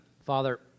Father